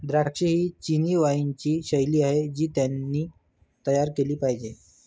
द्राक्षे ही चिनी वाइनची शैली आहे जी त्यांनी तयार केली पाहिजे